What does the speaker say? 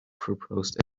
proposed